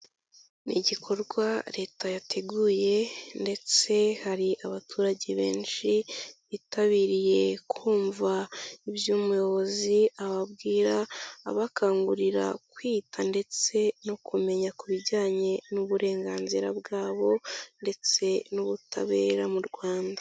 Ni igikorwa leta yateguye ndetse hari abaturage benshi bitabiriye kumva ibyo umuyobozi ababwira, abakangurira kwita ndetse no kumenya ku bijyanye n'uburenganzira bwabo ndetse n'ubutabera mu Rwanda.